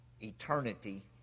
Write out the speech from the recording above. eternity